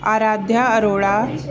Aradhya Arora